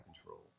control